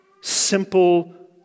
simple